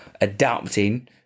adapting